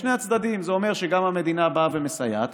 משני הצדדים: זה אומר שגם המדינה באה ומסייעת,